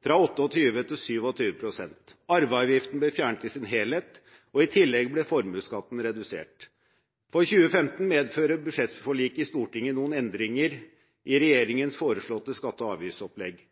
fra 28 pst. til 27 pst. Arveavgiften ble fjernet i sin helhet, og i tillegg ble formuesskatten redusert. For 2015 medfører budsjettforliket i Stortinget noen endringer i regjeringens foreslåtte skatte- og avgiftsopplegg,